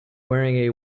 wearing